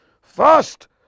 First